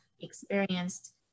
experienced